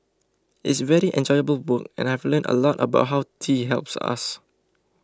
it's very enjoyable work and I've learnt a lot about how tea helps us